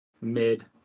mid